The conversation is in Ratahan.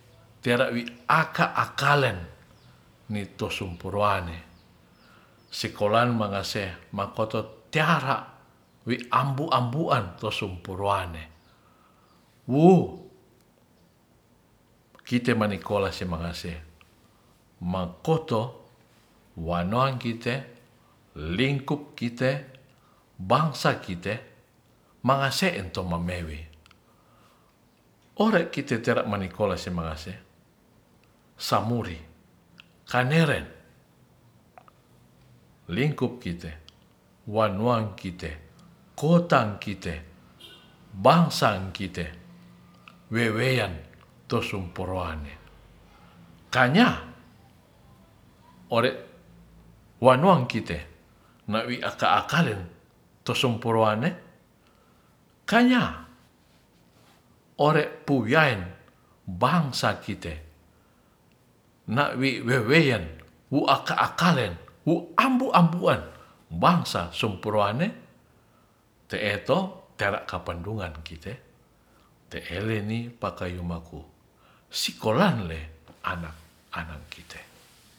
Tera'wi akal-akalan ne'tosompu ruwa'nesikolan mangase makoto tiara wi'ambu-ambuan tosompuroane wu kite manikola simangase makoto wanowang kite lingkup kite bangsa kite mangase wento mawewi ore'kite manikolase mangase samuri kaneren lingkup kite wang-wan kite kotang kite bangsang kite we'wean tosompuro'wane kanya ore'wanuang kite ma'wi akal-akalen tosompuruwa'ne kanya ore'pu yayen bangsa kite ne'wi weweyan wu'aka akalen wu'ambu-ambuan bangsa semporuwane te'eto tera kapondungan kite te'eleni pakayu maku sikolan le anak-anak kite